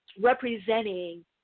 representing